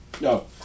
No